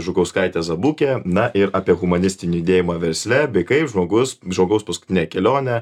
žukauskaite zabuke na ir apie humanistinį judėjimą versle bei kaip žmogus žmogaus paskutinę kelionę